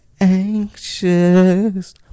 anxious